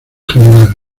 general